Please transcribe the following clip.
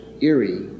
eerie